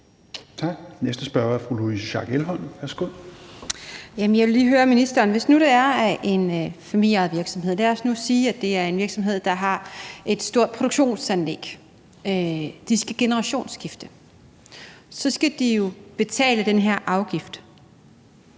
vil lige høre ministeren om noget. Hvis nu en familieejet virksomhed, og lad os sige, at det er en virksomhed, der har et stort produktionsanlæg, skal generationsskifte, skal de jo betale den her afgift,